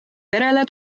perele